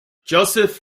joseph